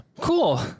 Cool